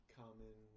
common